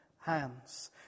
hands